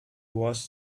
was